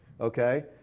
Okay